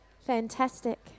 fantastic